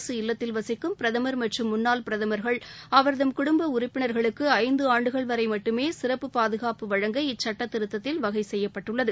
அரசு இல்லத்தில் வசிக்கும் பிரதமர் மற்றும் முன்னாள் பிரதமர்கள் அவர்தம் குடும்ப உறுப்பினர்களுக்கு ஐந்து ஆண்டுகள் வரை மட்டுமே சிறப்பு பாதுகாப்பு வழங்க இச்சட்டத் திருத்தத்தில் வகை செய்யப்பட்டுள்ளது